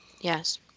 yes